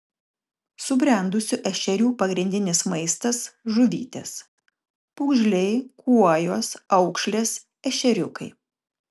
subrendusių ešerių pagrindinis maistas žuvytės pūgžliai kuojos aukšlės ešeriukai